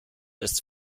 ist